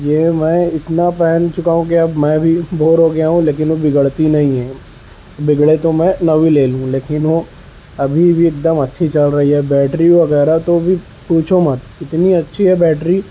یہ میں اتنا پہن چکا ہوں کہ اب میں بھی بور ہو گیا ہوں لیکن یہ بگڑتی نہیں ہے بگڑے تو میں نئی لے لوں لیکن وہ ابھی بھی ایک دم اچھی چل رہی ہے بیٹری وغیرہ تو بھی پوچھو مت اتنی اچھی ہے بیٹری